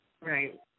Right